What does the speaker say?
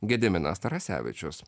gediminas tarasevičius